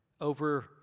over